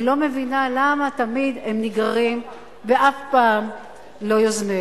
אני לא מבינה למה תמיד הם נגררים ואף פעם לא יוזמים.